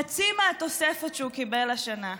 חצי מהתוספת שהוא קיבל השנה.